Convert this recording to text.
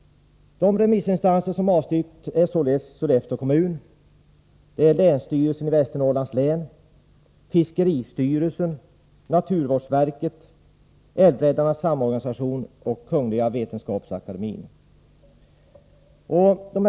De remissinstanser som avstyrkt är således Sollefteå kommun, länsstyrelsen i Västernorrlands län, fiskeristyrelsen, naturvårdsverket, Älvräddarnas samorganisation och Kungliga Vetenskapsakademien.